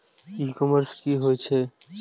E commerce की होए छै?